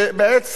בעצם,